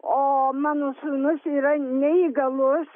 o mano sūnus yra neįgalus